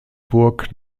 burg